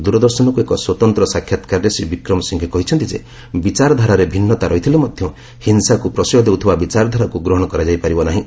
ଦୂରଦର୍ଶନକୁ ଏକ ସ୍ୱତନ୍ତ୍ର ସାକ୍ଷାତକାରରେ ଶ୍ରୀ ବିକ୍ରମସିଂଘେ କହିଛନ୍ତି ଯେ ବିଚାରଧାରାରେ ଭିନ୍ନତା ରହିଥିଲେ ମଧ୍ୟ ହିଂସାକୁ ପ୍ରଶୟ ଦେଉଥିବା ବିଚାରଧାରାକୁ ଗ୍ରହଣ କରାଯାଇ ପାରିବ ନାହିଁ